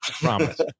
Promise